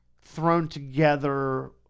thrown-together